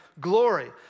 glory